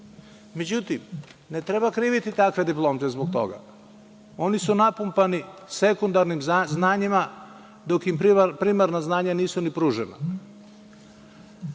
Međutim, ne treba kriviti takve diplomce zbog toga. Oni su napumpani sekundarnim znanjima dok im primarna znanja nisu ni pružena.